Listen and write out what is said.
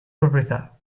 proprietà